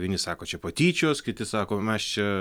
vieni sako čia patyčios kiti sako mes čia